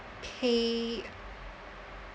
pay